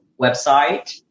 website